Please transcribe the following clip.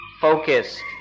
focused